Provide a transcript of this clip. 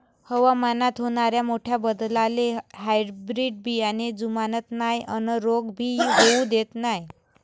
हवामानात होनाऱ्या मोठ्या बदलाले हायब्रीड बियाने जुमानत नाय अन रोग भी होऊ देत नाय